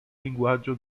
linguaggio